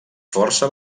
força